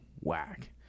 whack